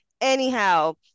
anyhow